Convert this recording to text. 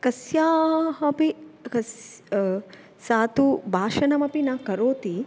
कस्याः अपि कस् सा तु भाषणमपि न करोति